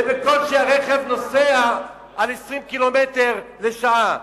ובקושי הרכב נוסע 20 ק"מ לשעה.